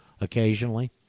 occasionally